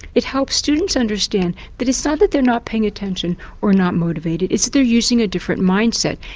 it helps students understand that it's not that they're not paying attention or not motivated, it's that they're using a different mindset,